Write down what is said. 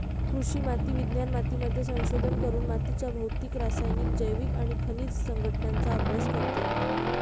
कृषी माती विज्ञान मातीमध्ये संशोधन करून मातीच्या भौतिक, रासायनिक, जैविक आणि खनिज संघटनाचा अभ्यास करते